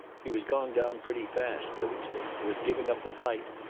he was going down pretty fast, livingstone was giving up the fight.